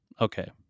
Okay